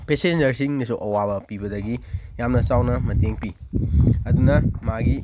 ꯄꯦꯁꯦꯟꯖꯔꯁꯤꯡꯅꯁꯨ ꯑꯋꯥꯕ ꯄꯤꯕꯗꯒꯤ ꯌꯥꯝꯅ ꯆꯥꯎꯅ ꯃꯇꯦꯡꯄꯤ ꯑꯗꯨꯅ ꯃꯥꯒꯤ